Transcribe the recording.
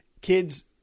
kids